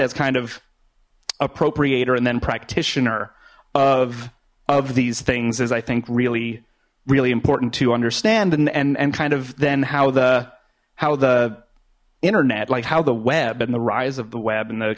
has kind of appropriator and then practitioner of of these things is i think really really important to understand and and and kind of then how the how the internet like how the web and the rise of the web and th